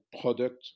product